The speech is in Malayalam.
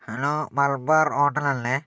ഹലോ മലബാർ ഹോട്ടൽ അല്ലേ